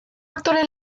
aktore